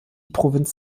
provinz